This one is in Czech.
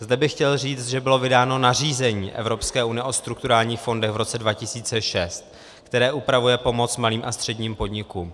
Zde bych chtěl říct, že bylo vydáno nařízení Evropské unie o strukturálních fondech v roce 2006, které upravuje pomoc malým a středním podnikům.